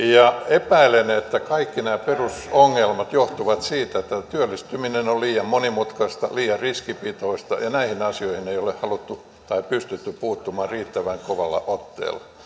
epäilen että kaikki nämä perusongelmat johtuvat siitä että työllistyminen on liian monimutkaista liian riskipitoista ja näihin asioihin ei ole haluttu tai pystytty puuttumaan riittävän kovalla otteella